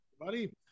buddy